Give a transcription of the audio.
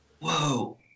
whoa